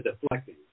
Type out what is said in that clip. deflecting